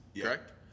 Correct